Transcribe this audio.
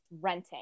renting